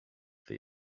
they